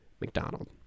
McDonald